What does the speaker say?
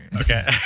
Okay